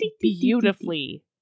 beautifully